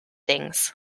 things